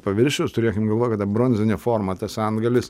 paviršiaus turėkim galvoj kad ta bronzinė forma tas antgalis